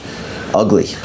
ugly